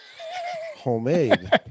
homemade